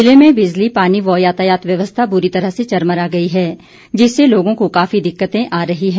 जिले में बिजली पानी व यातायात व्यवस्था बुरी तरह से चरमरा गई है जिससे लोगों को काफी दिक्कतें आ रही हैं